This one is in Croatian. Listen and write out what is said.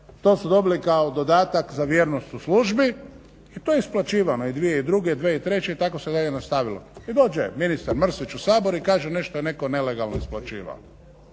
to su dobili kao dodatak za vjernost u službi i to je isplaćivano i 2002., 2003. i tako se dalje nastavilo. I dođe ministar Mrsić u Sabor i kaže nešto je netko nelegalno isplaćivao.